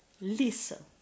listen